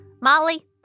Molly